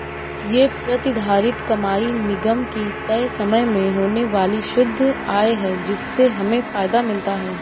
ये प्रतिधारित कमाई निगम की तय समय में होने वाली शुद्ध आय है जिससे हमें फायदा मिलता है